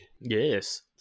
yes